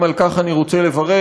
גם על כך אני רוצה לברך.